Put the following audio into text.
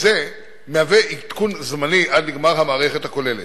זה מהווה עדכון זמני עד לגמר המערכת הכוללת.